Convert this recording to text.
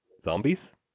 zombies